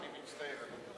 אני מצטער, אדוני.